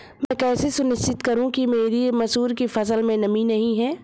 मैं कैसे सुनिश्चित करूँ कि मेरी मसूर की फसल में नमी नहीं है?